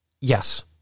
Yes